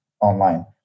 online